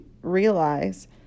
realize